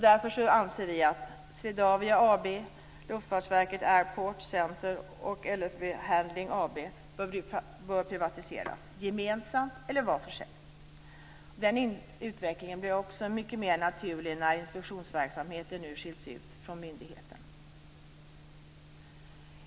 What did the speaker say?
Därför anser vi att Swedabia AB, Luftfartsverket Airportcenter och LFV Handling AB bör privatiseras gemensamt eller var för sig. Den utvecklingen blir också mycket mer naturlig när inspektionsverksamheten nu skiljs ut från myndigheten.